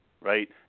Right